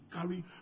carry